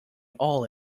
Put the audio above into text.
all